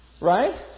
Right